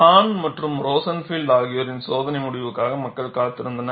ஹான் மற்றும் ரோசன்பீல்ட் ஆகியோரின் சோதனை முடிவுக்காக மக்கள் காத்திருந்தனர்